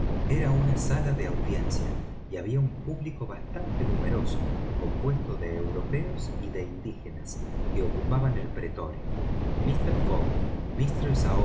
era una sala de audiencias y había un público bastante numeroso compuesto de europeos y de indígenas que ocupaba el pretorio mister